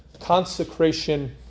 consecration